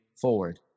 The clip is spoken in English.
forward